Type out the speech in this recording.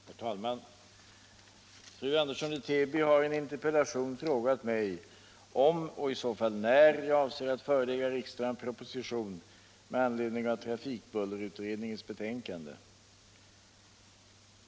Herr talman! Fru Andersson i Täby har i en interpellation frågat mig om och i så fall när jag avser att förelägga riksdagen proposition med anledning av trafikbullerutredningens betänkande.